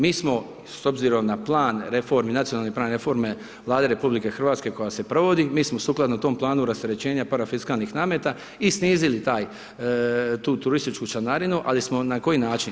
Mi smo, s obzirom na plan reformi, nacionalne pravne reforme Vlade RH koja se provodi, mi smo sukladno tom planu rasterećenja parafiskalnih nameta i snizili tu turističku članarinu, ali smo, na koji način?